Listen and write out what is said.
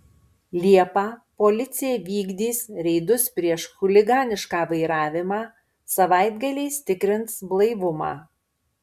liepą policija vykdys reidus prieš chuliganišką vairavimą savaitgaliais tikrins blaivumą